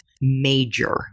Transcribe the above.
major